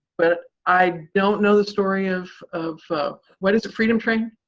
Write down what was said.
but i don't know the story of of what is it, freedom train?